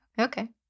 Okay